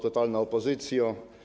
Totalna Opozycjo!